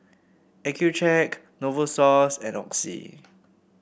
Accucheck Novosource and Oxy